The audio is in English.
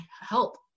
help